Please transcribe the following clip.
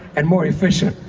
and more efficient.